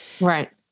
Right